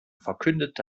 verkündete